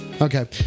Okay